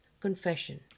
Confession